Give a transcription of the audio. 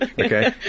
Okay